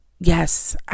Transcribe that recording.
yes